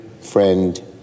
friend